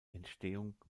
entstehung